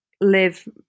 live